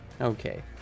okay